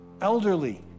elderly